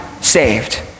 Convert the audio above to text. saved